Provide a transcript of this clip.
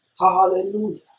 hallelujah